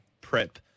prep